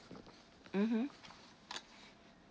mmhmm